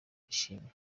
ndishimye